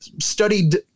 studied